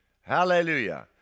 Hallelujah